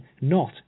not